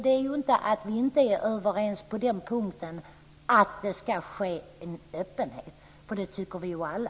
Det är inte att vi inte är överens om att det ska råda en öppenhet, för det tycker ju vi alla.